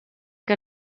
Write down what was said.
que